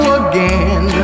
again